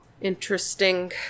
interesting